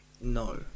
No